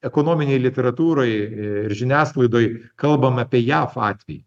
ekonominėj literatūroj ir žiniasklaidoj kalbam apie jav atvejį